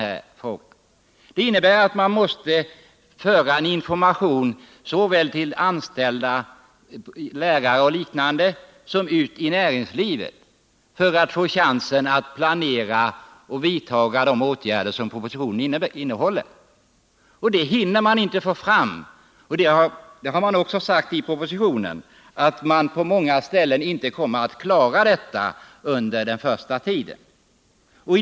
Vidare måste information föras ut till såväl lärarna som näringslivet för att de skall ha en chans att planera de åtgärder som propositionen förutsätter skall vidtas. Och den informationen hinner kommunerna inte få fram. I propositionen sägs också att man på många ställen inte kommer att klara detta under den första tiden.